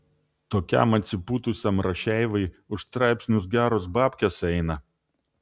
tokiam atsipūtusiam rašeivai už straipsnius geros babkės eina